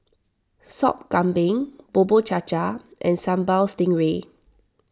Sop Kambing Bubur Cha Cha and Sambal Stingray